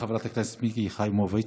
חברת הכנסת מיקי חיימוביץ'.